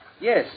Yes